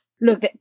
look